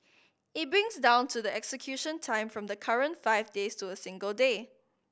it brings down to the execution time from the current five days to a single day